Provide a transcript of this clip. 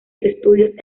estudios